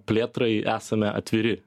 plėtrai esame atviri